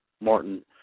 Martin